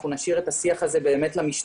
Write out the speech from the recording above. אנחנו נשאיר את השיח הזה למשטרה,